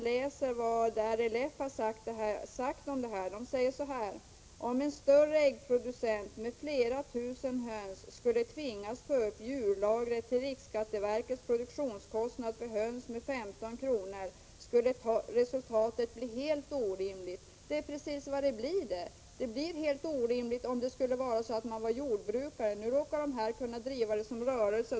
LRF har uttalat följande om detta: Om en större äggproducent med flera tusen höns skulle tvingas ta upp djurlagret till riksskatteverkets produktionskostnad för höns med 15 kr., skulle resultatet bli helt orimligt. — Det är precis vad det blir. Det blir helt orimligt, om man är jordbrukare. I det exempel som vi talar om råkar man kunna driva verksamheten som rörelse.